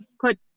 put